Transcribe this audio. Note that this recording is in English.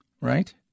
Right